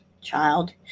child